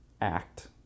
act